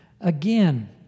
Again